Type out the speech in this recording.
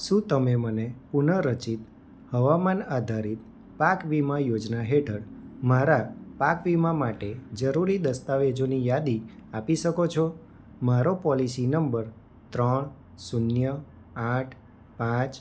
શું તમે મને પુનઃ રચિત હવામાન આધારિત પાક વીમા યોજના હેઠળ મારા પાક વીમા માટે જરુરી દસ્તાવેજોની યાદી આપી શકો છો મારો પૉલિસી નંબર ત્રણ શૂન્ય આઠ પાંચ